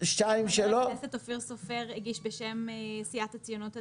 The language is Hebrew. חבר הכנסת אופיר סופר הגיש בשם סיעת הציונות הדתית,